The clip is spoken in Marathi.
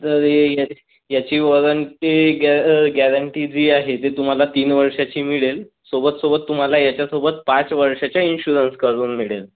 तर हे ह्याची वॉरंटी गॅरंटी जी आहे ती तुम्हाला तीन वर्षाची मिळेल सोबत सोबत तुम्हाला ह्याच्या सोबत पाच वर्षाचा इन्शुरन्स करून मिळेल